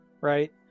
Right